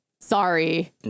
Sorry